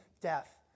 death